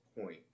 point